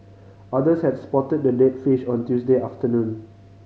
others had spotted the dead fish on Tuesday afternoon